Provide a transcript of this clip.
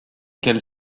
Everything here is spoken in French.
qu’elle